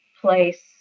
place